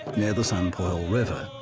near the sanpoil river.